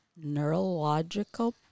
neurological